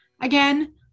Again